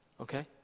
okay